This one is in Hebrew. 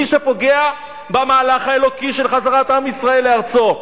מי שפוגע במהלך האלוקי של חזרת עם ישראל לארצו.